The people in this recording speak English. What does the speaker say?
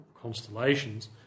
constellations